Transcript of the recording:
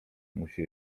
musi